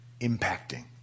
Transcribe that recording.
impacting